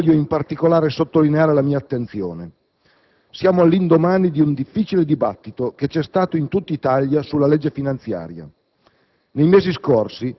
Su queste ultime voglio, in particolare, sottolineare la mia attenzione. Siamo all'indomani del difficile dibattito che c'è stato in tutta Italia sulla legge finanziaria.